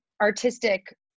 artistic